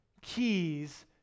keys